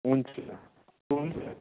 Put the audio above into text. हुन्छ हुन्छ